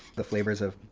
the flavors have